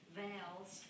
veils